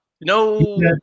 No